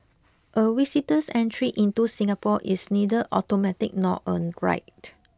a visitor's entry into Singapore is neither automatic nor a right